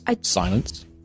silence